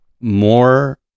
more